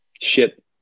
ship